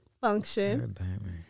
function